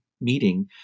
meeting